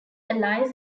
allies